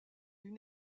une